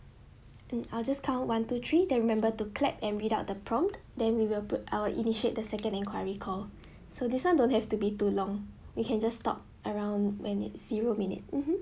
and I'll just count one two three then remember to clap and read out the prompt then we will pro~ I will initiate the second enquiry call so this one don't have to be too long we can just stop around when it zero minute mmhmm